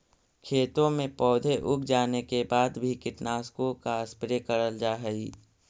खेतों में पौधे उग जाने के बाद भी कीटनाशकों का स्प्रे करल जा हई